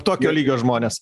tokio lygio žmones